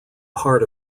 part